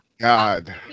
God